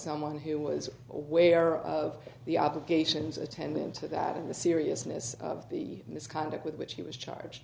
someone who was aware of the obligations attending to that in the seriousness of the misconduct with which he was charged